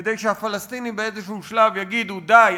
כדי שהפלסטינים באיזשהו שלב יגידו: די,